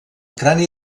crani